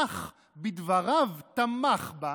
אך בדבריו תמך בה,